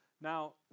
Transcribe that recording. Now